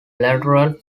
lateral